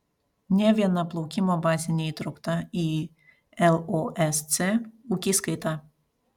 nė viena plaukimo bazė neįtraukta į losc ūkiskaitą